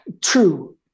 true